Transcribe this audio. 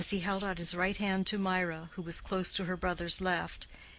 as he held out his right hand to mirah, who was close to her brother's left,